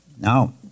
Now